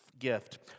gift